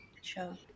Sure